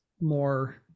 more